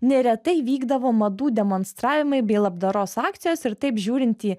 neretai vykdavo madų demonstravimai bei labdaros akcijos ir taip žiūrint į